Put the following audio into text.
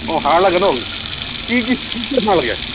অঁ হাঁহ লাগে ন কি কি হাঁহ লাগে